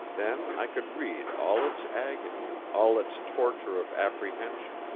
then i could read all its agony, all its torture of apprehension